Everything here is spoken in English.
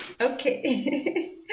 Okay